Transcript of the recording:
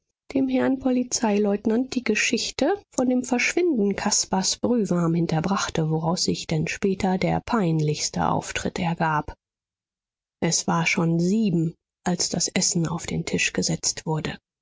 dem herrn polizeileutnant die geschichte von dem verschwinden caspars brühwarm hinterbrachte woraus sich denn später der peinlichste auftritt ergab es war schon sieben als das essen auf den tisch gesetzt wurde